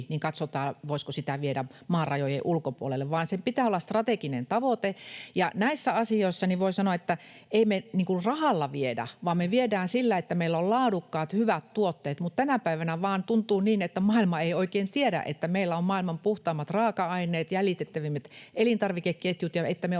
niin katsotaan, voisiko sitä viedä maan rajojen ulkopuolelle, vaan sen pitää olla strateginen tavoite. Ja näissä asioissa voin sanoa, että ei me rahalla viedä, vaan me viedään sillä, että meillä on laadukkaat, hyvät tuotteet, mutta tänä päivänä vain tuntuu olevan niin, että maailma ei oikein tiedä, että meillä on maailman puhtaimmat raaka-aineet ja jäljitettävimmät elintarvikeketjut ja että me